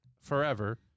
forever